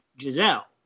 Giselle